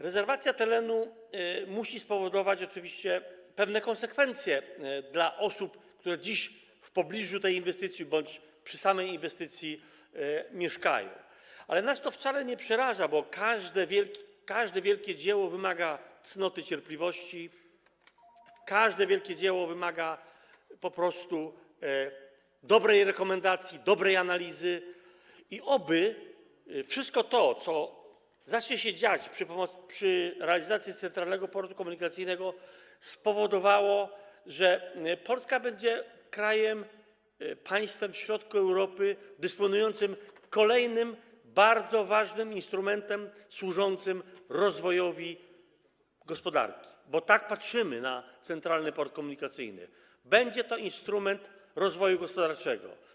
Rezerwacja terenu musi oczywiście spowodować pewne konsekwencje dla osób, które dziś mieszkają w pobliżu tej inwestycji bądź przy samej inwestycji, ale nas to wcale nie przeraża, bo każde wielkie dzieło wymaga cnoty cierpliwości, każde wielkie dzieło wymaga po prostu dobrej rekomendacji, dobrej analizy i oby wszystko to, co zacznie się dziać podczas realizacji Centralnego Portu Komunikacyjnego, spowodowało, że Polska będzie krajem, państwem w środku Europy dysponującym kolejnym bardzo ważnym instrumentem służącym rozwojowi gospodarki, bo tak patrzymy na Centralny Port Komunikacyjny: będzie to instrument rozwoju gospodarczego.